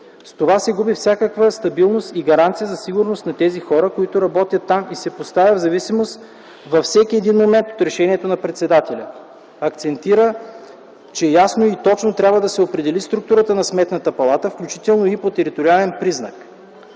С това се губи всякаква стабилност и гаранция за сигурност на тези хора, които работят там и се поставят в зависимост във всеки един момент от решението на председателя. Акцентира, че ясно и точно трябва да се определи структурата на Сметната палата, включително и по териториален признак.